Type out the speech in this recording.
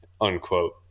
Unquote